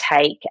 take